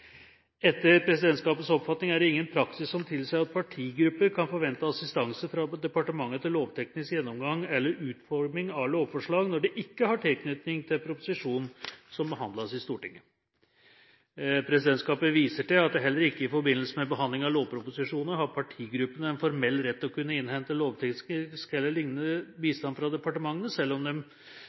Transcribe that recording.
Etter presidentskapets oppfatning er det ingen praksis som tilsier at partigrupper kan forvente assistanse fra departementet til lovteknisk gjennomgang eller utforming av lovforslag når det ikke har tilknytning til en proposisjon som behandles i Stortinget. Presidentskapet viser til at heller ikke i forbindelse med behandling av lovproposisjoner har partigruppene en formell rett til å innhente lovteknisk eller lignende bistand fra departementene, selv om